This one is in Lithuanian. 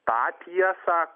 tą tiesą